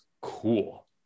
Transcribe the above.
cool